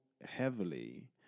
heavily